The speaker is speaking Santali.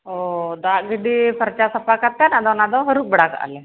ᱚᱻ ᱫᱟᱜ ᱡᱚᱫᱤ ᱯᱷᱟᱨᱪᱟ ᱥᱟᱯᱷᱟ ᱠᱟᱛᱮᱫ ᱟᱫᱚ ᱚᱱᱟ ᱫᱚ ᱦᱟᱹᱨᱩᱵ ᱵᱟᱲᱟ ᱠᱟᱜᱼᱟ ᱞᱮ